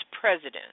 president